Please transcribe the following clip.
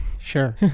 sure